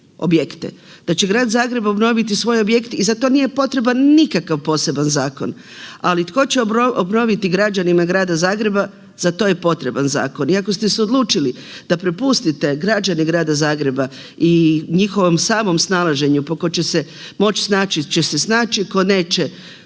da će Grad Zagreb obnoviti svoje objekte i za to nije potreban poseban zakon, ali tko će obnoviti građanima Grada Zagreba za to je potreban zakon. I ako ste se odlučili da prepustite građane Grada Zagreba i njihovom samom snalaženju, pa tko će se moći snaći će se snaći, tko neće,